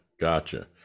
gotcha